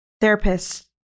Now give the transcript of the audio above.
therapist